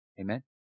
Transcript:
Amen